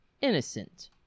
innocent